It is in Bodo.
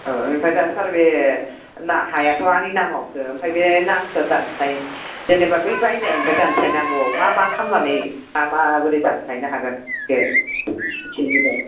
ओमफ्राय दा सार बे हायाथ' आंनि नामआवसो ओमफ्राय बे नामखौ दानस्लाय जेनेबा बै बायनायनिफ्राय दानस्लायनांगौआव मा मा खालामनानै मा माबोरै दानस्लायनो हागोन बेखौ मिथिनो लुबैदों